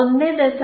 1